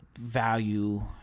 value